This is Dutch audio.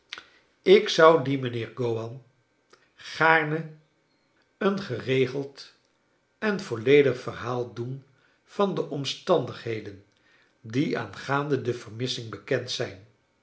ik zou dien mijnheer go wan gaarne een geregeld en volledig verhaal doen van de omstandigheden die aangaande de vermissing bekend zijn